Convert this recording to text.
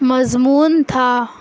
مضمون تھا